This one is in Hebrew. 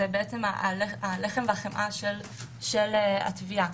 זה הלחם והחמאה של התביעה.